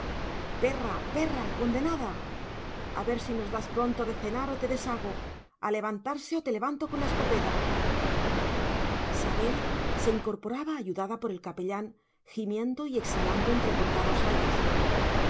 perra perra condenada a ver si nos das pronto de cenar o te deshago a levantarse o te levanto con la escopeta sabel se incorporaba ayudada por el capellán gimiendo y exhalando entrecortados ayes